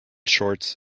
shorts